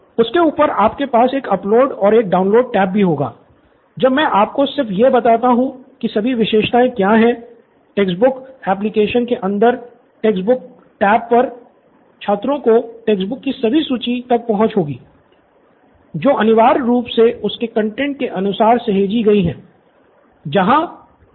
उसके ऊपर आपके पास एक अपलोड और एक डाउनलोड टैब भी होगा अब मैं आपको सिर्फ यह बताता हूं कि सभी विशेषताएँ क्या हैं टेक्स्ट बुक एप्लिकेशन के अंदर टेक्स्ट बुक टैब पर छात्रों को टेक्स्ट बुक्स की सभी सूची तक पहुंच होगी जो अनिवार्य रूप से उसके कंटैंट के अनुसार सहेजी गई हैं